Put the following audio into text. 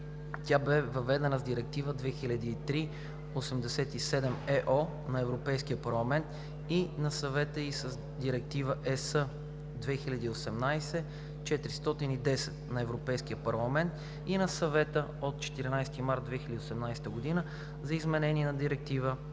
Тя бе въведена с Директива 2003/87/ЕО на Европейския парламент и на Съвета и с Директива (ЕС) 2018/410 на Европейския парламент и на Съвета от 14 март 2018 г. за изменение на Директива